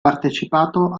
partecipato